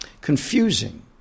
confusing